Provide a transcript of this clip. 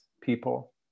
people